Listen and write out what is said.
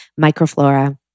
microflora